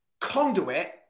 conduit